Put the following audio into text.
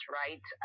right